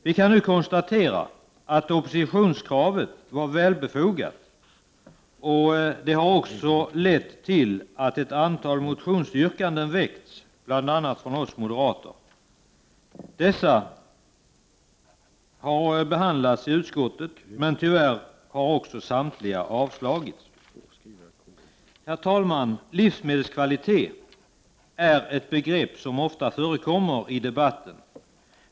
Vi kan nu konstatera att oppositionskravet var befogat, och det har också lett till att ett antal motionsyrkanden har väckts, bl.a. från oss moderater. Dessa har behandlats i utskottet, men tyvärr har samtliga avstyrkts. Herr talman! Livsmedelskvalitet är ett begrepp som ofta förekommer i debatten.